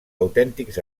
autèntics